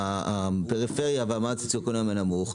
הפריפריה והמעמד הסוציואקונומי הנמוך,